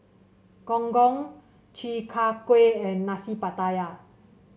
Gong Gong Chi Kak Kuih and Nasi Pattaya